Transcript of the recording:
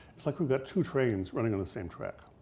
it's like you've got two trains running on the same track.